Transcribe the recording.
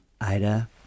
Ida